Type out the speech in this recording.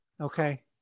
Okay